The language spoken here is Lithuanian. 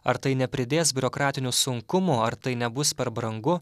ar tai nepridės biurokratinių sunkumų ar tai nebus per brangu